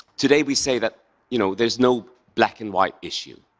today we say that you know there's no black and white issue.